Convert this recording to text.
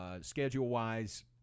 schedule-wise